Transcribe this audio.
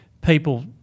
people